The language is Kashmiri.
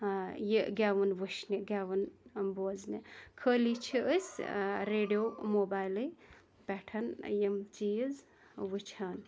یہِ گٮ۪وُن وِچھنہِ گٮ۪وُن بوزنہِ خٲلی چھِ أسۍ ریڈِیو موبایلے پیٹھ یِم چیٖز وٕچھان